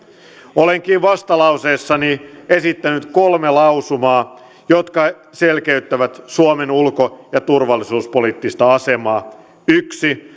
olenkin vastalauseessani esittänyt kolmea lausumaa jotka selkeyttävät suomen ulko ja turvallisuuspoliittista asemaa yksi